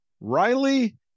Riley